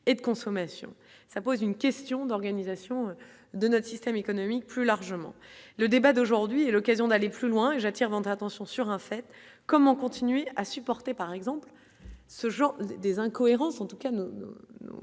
et de consommation, ça pose une question d'organisation de notre système économique plus largement le débat d'aujourd'hui est l'occasion d'aller plus loin, j'attire votre attention sur un fait : comment continuer à supporter par exemple ce jour des incohérences